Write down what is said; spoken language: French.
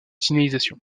signalisation